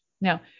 Now